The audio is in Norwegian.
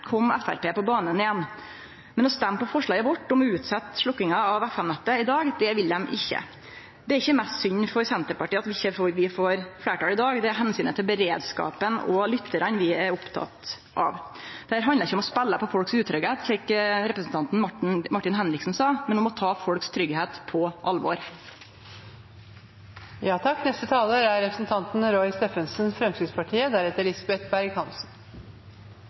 kom Framstegspartiet på banen igjen. Men å stemme for forslaget vårt i dag om å utsetje sløkkinga av FM-nettet, det vil dei ikkje. Det er ikkje mest synd for Senterpartiet for at vi ikkje får fleirtal i dag, det er omsynet til beredskapen og til lyttarane vi er opptekne av. Det handlar ikkje om å spele på utryggleiken hos folk, slik representanten Martin Henriksen sa, men om å ta tryggleiken til folk på alvor. Jeg registrerer at flere forsøker å framstille dette som om Fremskrittspartiet er